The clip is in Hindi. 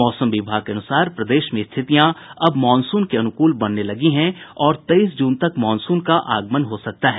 मौसम विभाग के अनुसार प्रदेश में स्थितियां अब मॉनसून के अनुकूल बनने लगी हैं और तेईस जून तक मॉनसून का आगमन हो सकता है